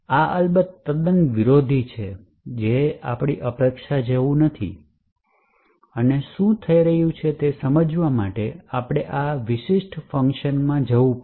આ અલબત્ત તદ્દન વિરોધી છે જેની અપેક્ષા જેવુ નથી અને શું થઈ રહ્યું છે તે સમજવા માટે આપણે આ વિશિષ્ટ ફંકશનમાં જવું પડશે